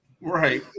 Right